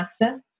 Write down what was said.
matter